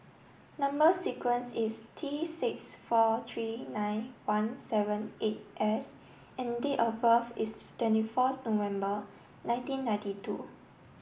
number sequence is T six four three nine one seven eight S and date of birth is twenty fourth November nineteen ninety two